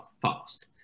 fast